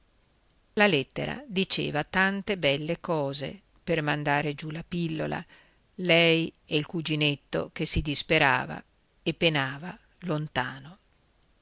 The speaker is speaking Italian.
la lettera diceva tante belle cose per mandare giù la pillola lei e il cuginetto che si disperava e penava lontano